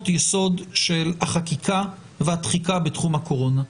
יסוד של החקיקה והתחיקה בתחום הקורונה.